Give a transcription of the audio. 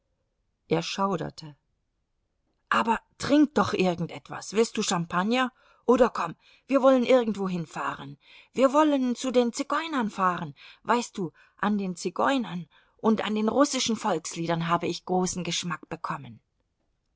er schauderte aber trink doch irgend etwas willst du champagner oder komm wir wollen irgendwohin fahren wir wollen zu den zigeunern fahren weißt du an den zigeunern und an den russischen volksliedern habe ich großen geschmack bekommen